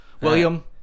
William